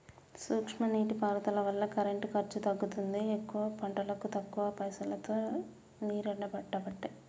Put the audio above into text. సూక్ష్మ నీటి పారుదల వల్ల కరెంటు ఖర్చు తగ్గుతుంది ఎక్కువ పంటలకు తక్కువ పైసలోతో నీరెండబట్టే